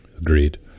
Agreed